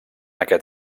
aquest